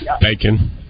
Bacon